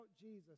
Jesus